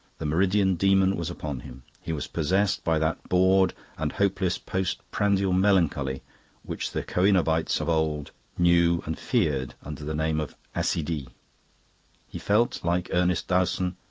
the meridian demon was upon him he was possessed by that bored and hopeless post-prandial melancholy which the coenobites of old knew and feared under the name of accidie. he felt, like ernest dowson,